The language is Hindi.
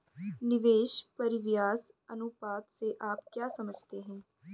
निवेश परिव्यास अनुपात से आप क्या समझते हैं?